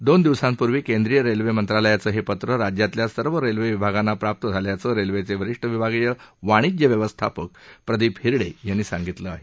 दोन दिवसांपूर्वी केंद्रीय रेल्वे मंत्रालयाचं हे पत्र राज्यातल्या सर्व रेल्वे विभागांना प्राप्त झाल्याचं रेल्वेचे वरिष्ठ विभागीय वाणिज्य व्यवस्थापक प्रदीप हिरडे यांनी सांगितलं आहे